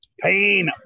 Pain